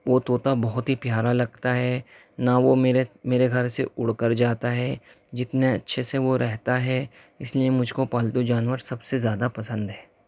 وہ طوطا بہت ہی پیارا لگتا ہے نہ وہ میرے گھر سے اڑ کر جاتا ہے جتنے اچھے سے وہ رہتا ہے اس لیے مجھ کو پالتو جانور سب سے زیادہ پسند ہے